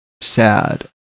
sad